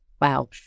wow